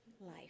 life